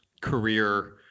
career